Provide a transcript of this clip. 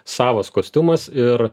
savas kostiumas ir